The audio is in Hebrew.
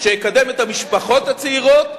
שיקדם את המשפחות הצעירות,